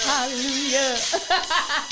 Hallelujah